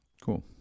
Cool